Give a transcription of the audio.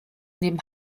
neben